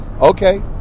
okay